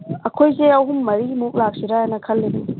ꯑꯩꯈꯣꯏꯁꯦ ꯑꯍꯨꯝ ꯃꯔꯤꯃꯨꯛ ꯂꯥꯛꯁꯤꯔꯅ ꯈꯜꯂꯤꯕ